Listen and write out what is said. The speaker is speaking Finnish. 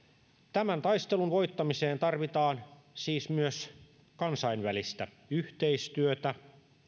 tämän taistelun voittamiseen tarvitaan siis myös kansainvälistä yhteistyötä